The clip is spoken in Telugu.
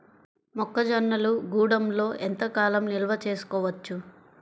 మొక్క జొన్నలు గూడంలో ఎంత కాలం నిల్వ చేసుకోవచ్చు?